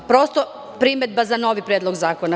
Prosto, primedba za novi predlog zakona.